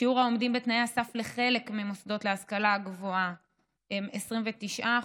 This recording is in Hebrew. שיעור העומדים בתנאי הסף לחלק מהמוסדות להשכלה גבוהה הוא 29%,